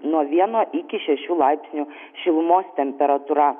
nuo vieno iki šešių laipsnių šilumos temperatūra